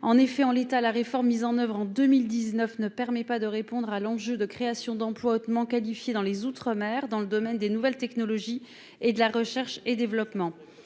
En effet, la réforme mise en oeuvre en 2019 ne permet pas, en l'état, de répondre à l'enjeu de création d'emplois hautement qualifiés outre-mer dans le domaine des nouvelles technologies et de la recherche et développement.